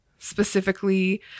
specifically